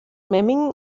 memmingen